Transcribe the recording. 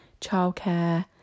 childcare